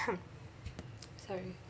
sorry